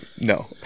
No